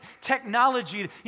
technology